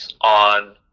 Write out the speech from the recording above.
on